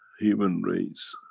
human race,